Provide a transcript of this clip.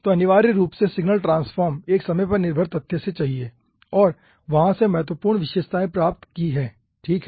तो अनिवार्य रूप से सिग्नल ट्रांसफॉर्म एक समय पर निर्भर तथ्य से चाहिए और वहां से महत्वपूर्ण विशेषताएं प्राप्त की है ठीक है